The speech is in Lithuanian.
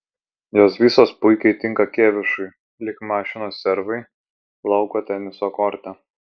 jos visos puikiai tinka kėvišui lyg mašinos servai lauko teniso korte